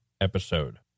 episode